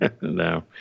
No